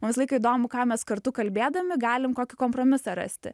man visą laiką įdomu ką mes kartu kalbėdami galim kokį kompromisą rasti